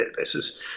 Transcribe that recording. databases